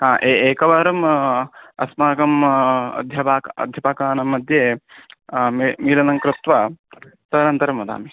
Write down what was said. हा ए एकवारम् अस्माकम् अध्यापकम् अध्यापकानाम्मध्ये मे मीलनं कृत्वा तदनन्तरं वदामि